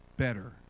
better